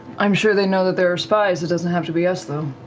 i'm sure they know that there are spies. it doesn't have to be us, though.